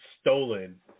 stolen